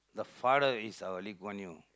the father is our Lee Kuan Yew